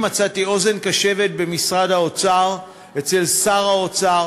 מצאתי אוזן קשבת במשרד האוצר ואצל שר האוצר,